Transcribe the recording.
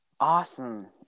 awesome